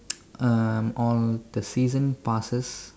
uh all the season passes